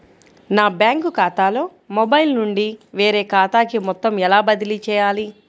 నా బ్యాంక్ ఖాతాలో మొబైల్ నుండి వేరే ఖాతాకి మొత్తం ఎలా బదిలీ చేయాలి?